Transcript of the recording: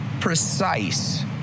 precise